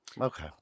Okay